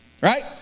right